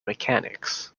mechanics